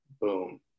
Boom